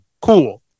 Cool